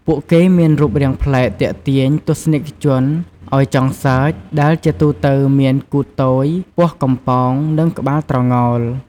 ពួកគេមានរូបរាងប្លែកទាក់ទាញទស្សនិកជនឱ្យចង់សើច ដែលជាទូទៅមានគូថទយ ពោះកំប៉ោង និងក្បាលត្រងោល ។